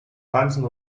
ganzen